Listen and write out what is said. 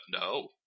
no